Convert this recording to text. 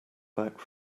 back